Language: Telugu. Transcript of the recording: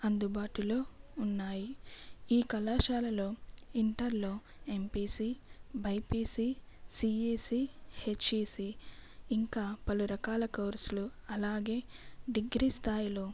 అందుబాటులో ఉన్నాయి ఈ కళాశాలలో ఇంటర్లో ఎంపీసీ బైపిసి సిఇసి హెచ్ఈసి ఇంకా పలు రకాల కోర్సులు అలాగే డిగ్రీ స్థాయిలో